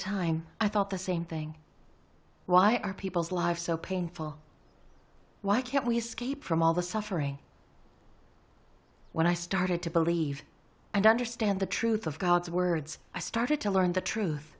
time i thought the same thing why are people's lives so painful why can't we escape from all the suffering when i started to believe and understand the truth of god's words i started to learn the truth